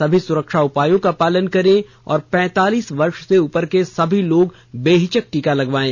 सभी सुरक्षा उपायों का पालन करें और पैंतालीस वर्ष से उपर के सभी लोग बेहिचक टीका लगवायें